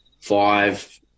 five